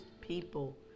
people